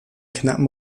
knappen